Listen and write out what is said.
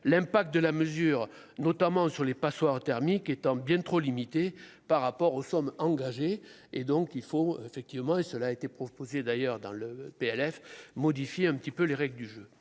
l'impact de la mesure, notamment sur les passoires thermiques étant bien trop limité par rapport aux sommes engagées et donc il faut effectivement et cela a été proposé d'ailleurs dans le PLF modifier un petit peu les règles du jeu